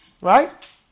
right